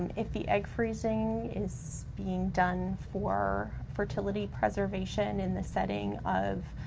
if the egg freezing is being done for fertility preservation in the setting of